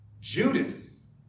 Judas